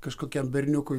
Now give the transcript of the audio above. kažkokiam berniukui